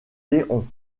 léon